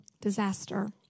disaster